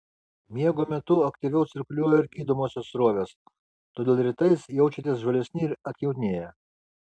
miego metu aktyviau cirkuliuoja ir gydomosios srovės todėl rytais jaučiatės žvalesni ir atjaunėję